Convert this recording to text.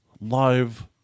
live